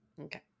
okay